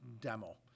demo